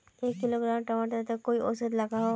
एक किलोग्राम टमाटर त कई औसत लागोहो?